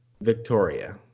victoria